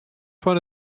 fan